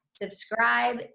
subscribe